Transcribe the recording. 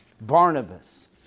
Barnabas